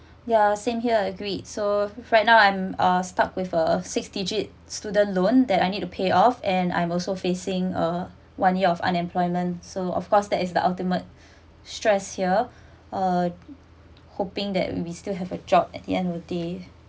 yeah same here agreed so right now I'm uh stuck with uh six digit student loan that I need to pay off and I'm also facing a one year of unemployment so of course that is the ultimate stress here uh hoping that we still have a job at the end of the day